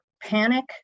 panic